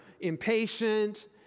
impatient